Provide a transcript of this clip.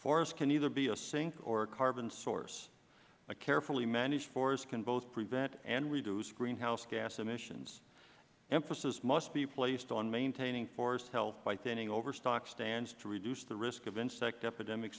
forests can either be a sink or a carbon source a carefully managed forest can both prevent and reduce greenhouse gas emissions emphasis must be placed on maintaining forest health by thinning overstocked stands to reduce the risk of insect epidemic